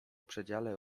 przedziale